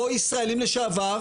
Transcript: או ישראלים לשעבר,